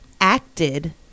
acted